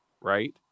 right